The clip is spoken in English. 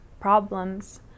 problems